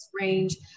range